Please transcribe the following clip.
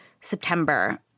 September